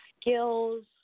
skills